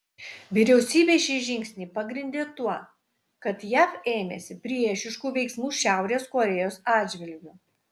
vyriausybė šį žingsnį pagrindė tuo kad jav ėmėsi priešiškų veiksmų šiaurės korėjos atžvilgiu